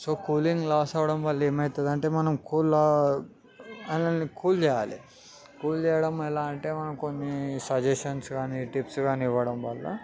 so cooling loss అవడం వల్ల ఏమవుతుంది అంటే మనం కూలా వాళ్ళని కూల్ చెయ్యాలి కూల్ చేయడం ఎలా అంటే మనం కొన్ని సజెషన్స్ కానీ టిప్స్ కానీ ఇవ్వడం వల్ల